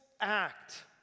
act